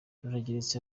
rurageretse